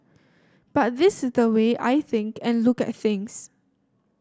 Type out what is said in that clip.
but this is the way I think and look at things